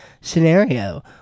scenario